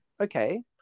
okay